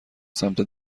سمت